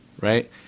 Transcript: Right